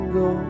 go